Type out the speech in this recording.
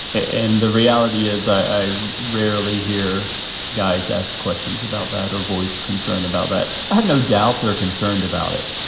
and the reality is, i rarely hear guys ask questions about that or voiced concern about that i have no doubt they're concerned about it.